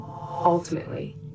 ultimately